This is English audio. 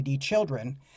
children